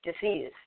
disease